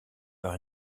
par